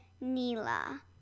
nila